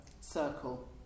circle